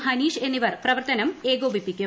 ഹനീഷ് എന്നിവർ പ്രവർത്തനം ഏകോപിപ്പിക്കും